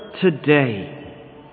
today